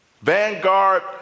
Vanguard